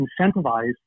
incentivize